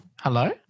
Hello